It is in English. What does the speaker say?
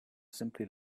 simply